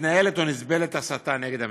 מתנהלת או נסבלת הסתה נגד המדינה".